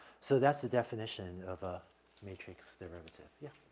so that's the definition of a matrix derivative. yeah?